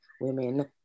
women